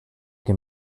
can